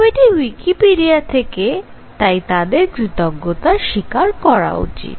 ছবিটি উয়িকিপিডিইয়া থেকে তাই তাদের কৃতজ্ঞতা স্বীকার করা উচিত